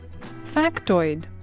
Factoid